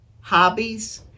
hobbies